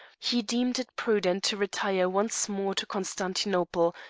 he deemed it prudent to retire once more to constantinople,